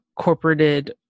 corporated